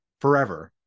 forever